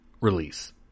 release